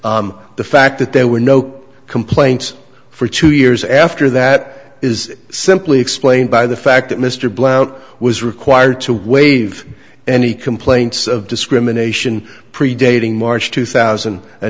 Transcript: record the fact that there were no complaints for two years after that is simply explained by the fact that mr blount was required to waive any complaints of discrimination predating march two thousand a